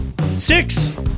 Six